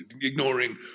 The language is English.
ignoring